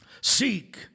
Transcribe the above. Seek